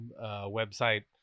website